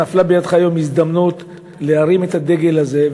שנפלה בידך היום הזדמנות להרים את הדגל הזה.